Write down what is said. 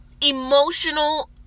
emotional